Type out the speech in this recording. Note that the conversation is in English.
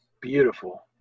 beautiful